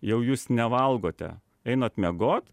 jau jūs nevalgote einat miegot